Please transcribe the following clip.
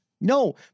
No